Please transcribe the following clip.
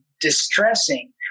distressing